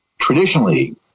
Traditionally